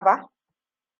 ba